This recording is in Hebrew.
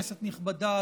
כנסת נכבדה,